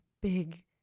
big